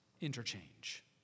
interchange